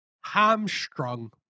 hamstrung